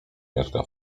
mieszka